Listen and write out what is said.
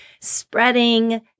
spreading